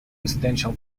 residential